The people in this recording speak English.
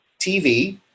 TV